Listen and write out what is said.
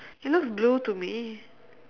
it looks blue to me